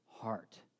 heart